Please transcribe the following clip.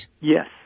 Yes